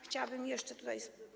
Chciałabym jeszcze tutaj.